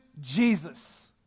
Jesus